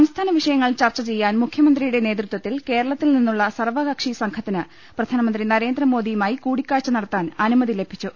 സംസ്ഥാന വിഷയങ്ങൾ ചർച്ച ചെയ്യാൻ മുഖ്യമന്ത്രിയുടെ നേതൃത്വത്തിൽ കേരളത്തിൽ നിന്നുള്ള സർവകക്ഷി സംഘത്തിന് പ്രധാനമന്ത്രി നരേന്ദ്രമോദിയുമായി കൂടിക്കാഴ്ച നടത്താൻ അനു മതി ലഭിച്ചു